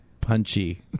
punchy